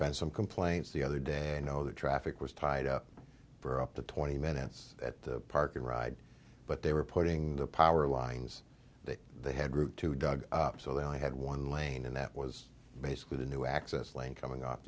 been some complaints the other day i know the traffic was tied up for up to twenty minutes at the park and ride but they were putting the power lines that they had route to dug up so they only had one lane and that was basically the new access lane coming